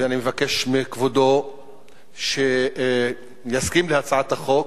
ואני מבקש מכבודו שיסכים להצעת החוק.